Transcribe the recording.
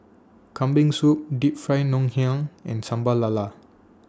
Kambing Soup Deep Fried Ngoh Hiang and Sambal Lala